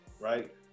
right